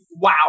wow